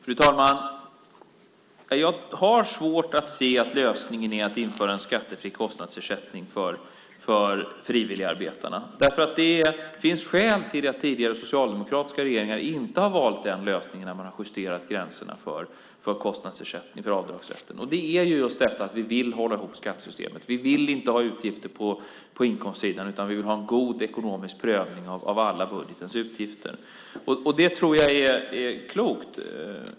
Fru talman! Jag har svårt att se att lösningen är att införa en skattefri kostnadsersättning för frivilligarbetarna. Det finns skäl till att tidigare socialdemokratiska regeringar inte har valt den lösningen när man justerat gränserna för kostnadsersättning, för avdragsrätten. Skälet är just detta att vi vill hålla ihop skattesystemet. Vi vill inte ha utgifter på inkomstsidan, utan vi vill ha en god ekonomisk prövning av alla budgetens utgifter. Det tror jag är klokt.